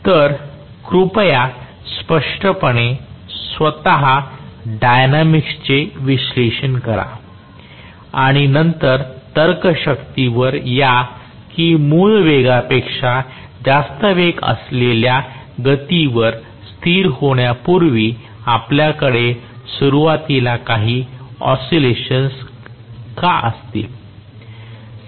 तर कृपया स्पष्टपणे स्वत डायनॅमिकसचे विश्लेषण करा आणि नंतर तर्कशक्तीवर या कि मूळ वेगापेक्षा जास्त वेग असलेल्या गतीवर स्थिर होण्यापूर्वी आपल्याकडे सुरुवातीला काही ओसीलेशन्स का असतील